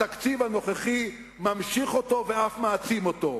התקציב הנוכחי ממשיך אותו ואף מעצים אותו.